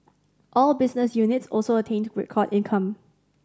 all business units also attained record income